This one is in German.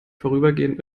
vorübergehend